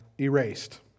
erased